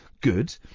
good